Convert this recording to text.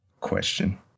question